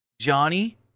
Johnny